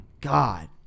God